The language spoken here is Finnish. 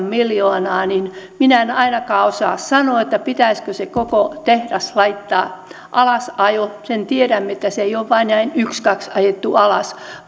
miljoonaa niin minä en ainakaan osaa sanoa pitäisikö se koko tehdas laittaa alasajoon sen tiedämme että se ei ole vain näin ykskaks ajettu alas